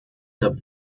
top